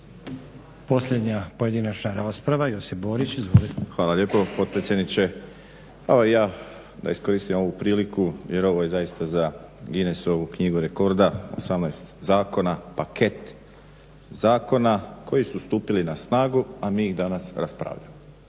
Posljednja pojedinačna rasprava Josip Borić. Izvolite. **Borić, Josip (HDZ)** Hvala lijepo potpredsjedniče. Evo i ja da iskoristim ovu priliku jer ovo je zaista za Guinessovu knjigu rekorda, 18 zakona, paket zakona koji su stupili na snagu a mi ih danas raspravljamo.